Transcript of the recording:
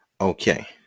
Okay